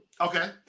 Okay